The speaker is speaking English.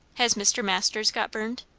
has mr. masters got burned?